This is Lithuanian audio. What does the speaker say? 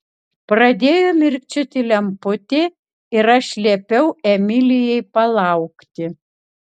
pradėjo mirkčioti lemputė ir aš liepiau emilijai palaukti